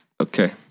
Okay